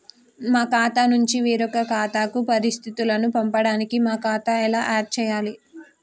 మా ఖాతా నుంచి వేరొక ఖాతాకు పరిస్థితులను పంపడానికి మా ఖాతా ఎలా ఆడ్ చేయాలి?